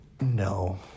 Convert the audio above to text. No